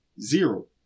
zero